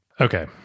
Okay